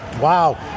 Wow